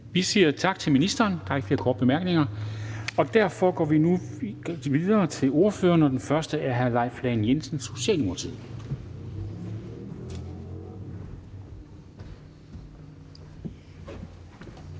Tak til ministeren. Der er ikke flere korte bemærkninger, og derfor går vi nu videre til ordførerne. Den første er hr. Leif Lahn Jensen, Socialdemokratiet.